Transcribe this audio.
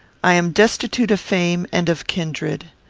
i am destitute of fame and of kindred.